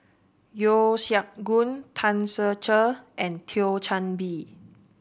Yeo Siak Goon Tan Ser Cher and Thio Chan Bee